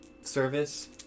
service